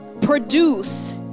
produce